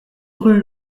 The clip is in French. rue